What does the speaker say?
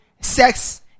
sex